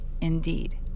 indeed